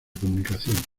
comunicación